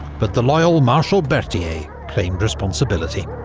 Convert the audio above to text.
but the loyal marshal berthier claimed responsibility.